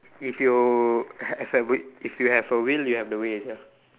if you have a wi if you have a will you have the way ya